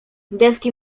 deski